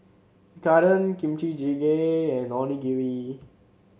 Tekkadon Kimchi Jjigae and Onigiri